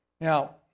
Now